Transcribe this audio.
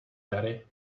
daddy